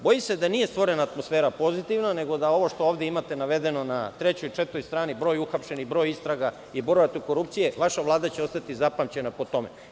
Bojim se da nije stvorena pozitivna atmosfera, nego da ovo što imate ovde navedeno na trećoj, četvrtoj strani, broj uhapšenih, broj istraga i borba protiv korupcije, vaša Vlada će ostati upamćena po tome.